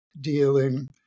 dealing